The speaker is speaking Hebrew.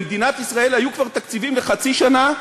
במדינת ישראל היו כבר תקציבים לחצי שנה,